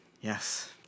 Yes